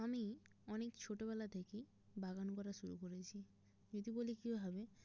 আমি অনেক ছোটোবেলা থেকেই বাগান করা শুরু করেছি যদি বলি কীভাবে